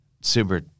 Super